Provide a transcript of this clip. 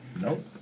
Nope